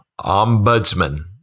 ombudsman